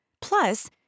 Plus